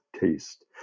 taste